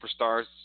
superstar's